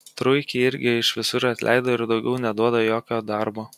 truikį irgi iš visur atleido ir daugiau neduoda jokio darbo